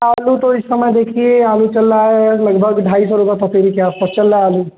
आलू तो इस समय देखिए आलू चल रहा है लगभग ढाई सौ रुपये पसेरी के आसपास चल रहा है आलू